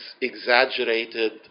exaggerated